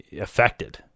affected